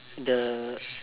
the